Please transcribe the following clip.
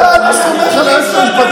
אתה המום, תהיה המום.